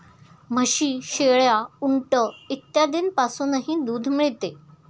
म्हशी, शेळ्या, उंट इत्यादींपासूनही दूध मिळते